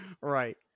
Right